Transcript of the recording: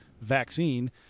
vaccine